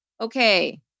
okay